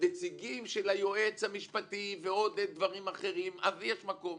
נציגים של היועץ המשפטי ודברים אחרים יש מקום,